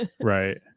right